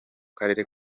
karere